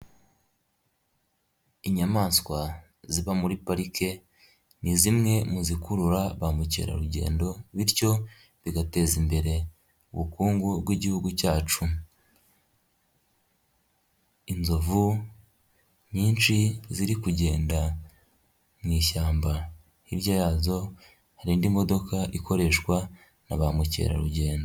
Inyamaswa ziba muri parike, ni zimwe mu zikurura ba mukerarugendo, bityo bigateza imbere ubukungu bw'igihugu cyacu, inzovu nyinshi zirikugenda mu ishyamba hirya yazo hari indi modoka ikoreshwa na ba mukerarugendo.